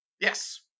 Yes